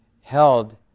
held